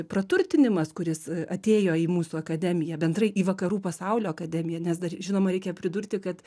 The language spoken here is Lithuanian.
praturtinimas kuris atėjo į mūsų akademiją bendrai į vakarų pasaulio akademiją nes dar žinoma reikia pridurti kad